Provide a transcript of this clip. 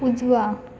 उजवा